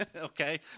Okay